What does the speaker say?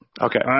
Okay